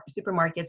supermarkets